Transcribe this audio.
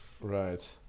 Right